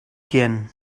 gern